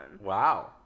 Wow